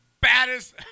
Baddest